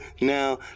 now